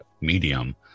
medium